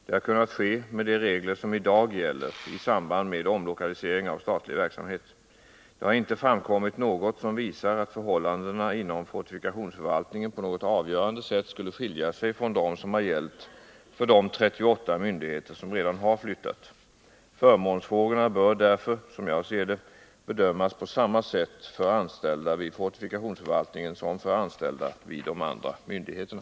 Det har kunnat ske med de regler som i dag gäller i samband med omlokalisering av statlig verksamhet. Det har inte framkommit något som visar att förhållandena inom fortifikationsförvaltningen på något avgörande sätt skulle skilja sig från dem som har gällt för de 38 myndigheter som redan har flyttat. Förmånsfrågorna bör därför, som jag ser det, bedömas på samma sätt för anställda vid fortifikationsförvaltningen som för anställda vid de andra myndigheterna.